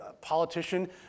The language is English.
politician